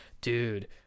Dude